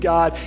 God